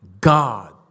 God